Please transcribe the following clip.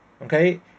Okay